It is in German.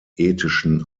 ethischen